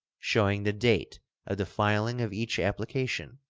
showing the date of the filing of each application,